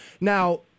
Now